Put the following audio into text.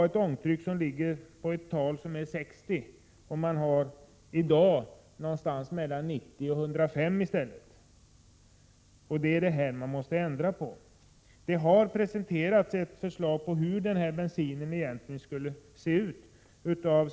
Ångtrycket borde inte överstiga 60 kPa, medan det i dag ligger på mellan 90-105 kPa.